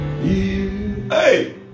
hey